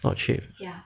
not cheap